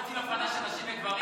אנחנו רוצים הפרדה של נשים וגברים?